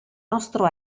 nostro